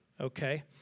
okay